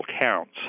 counts